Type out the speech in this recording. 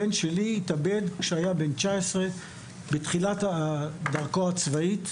הבן שלי התאבד כשהיה בן 19 בתחילת דרכו הצבאית.